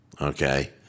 okay